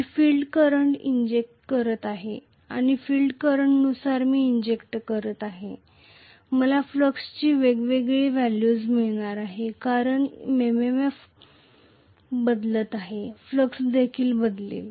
मी field current inject करत आहे आणि फील्ड करंट नुसार मी इंजेक्ट करत आहे मला फ्लक्सची वेगवेगळी व्हॅल्यूज मिळणार आहेत कारण MMF बदलत आहे फ्लक्स देखील बदलेल